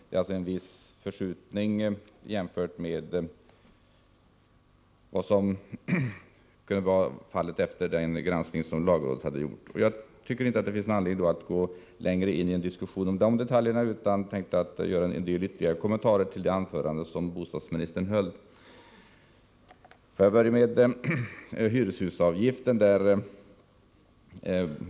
Det har alltså skett en viss förskjutning efter den granskning som lagrådet har gjort. Jag tycker dock inte att det finns någon anledning att gå längre in i en diskussion om de detaljerna utan tänkte göra en del kommentarer till det anförande som bostadsministern höll. Låt mig börja med hyreshusavgiften.